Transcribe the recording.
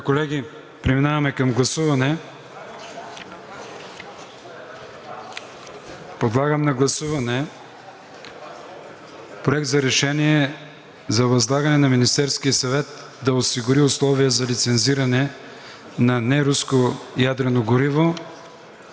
поканете колегите в залата. Колеги, подлагам на гласуване Проект на решение за възлагане на Министерския съвет да осигури условия за лицензиране на неруско ядрено гориво,